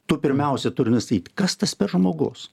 tu pirmiausia turi nustatyt kas tas žmogus